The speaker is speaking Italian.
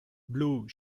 blue